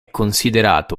considerato